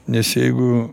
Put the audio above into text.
nes jeigu